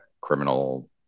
criminal